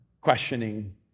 questioning